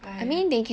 !haiya!